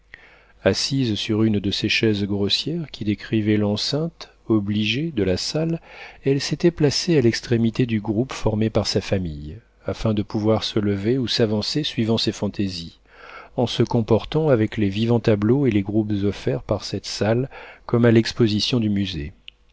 assise sur une de ces chaises grossières qui décrivaient l'enceinte obligée de la salle elle s'était placée à l'extrémité du groupe formé par sa famille afin de pouvoir se lever ou s'avancer suivant ses fantaisies en se comportant avec les vivants tableaux et les groupes offerts par cette salle comme à l'exposition du musée